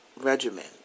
regimen